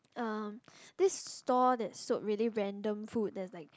uh this stall that sold really random food that's like